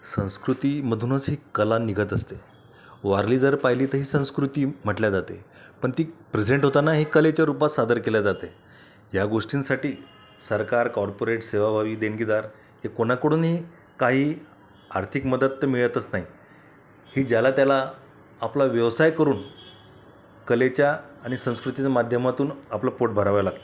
संस्कृतीमधूनच ही कला निघत असते वारली जर पाहिली तर ही संस्कृती म्हटली जाते पण ती प्रेझेंट होताना एका कलेच्या रूपात सादर केली जाते या गोष्टींसाठी सरकार कॉर्पोरेट सेवाभावी देणगीदार या कोणाकडूनही काही आर्थिक मदत तर मिळतच नाही हे ज्याला त्याला आपला व्यवसाय करून कलेच्या आणि संस्कृतीच्या माध्यमातून आपलं पोट भरावं लागतं